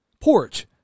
porch